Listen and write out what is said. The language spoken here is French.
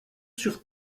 sur